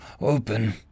open